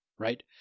right